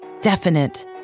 definite